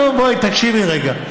נו, בואי, תקשיבי רגע.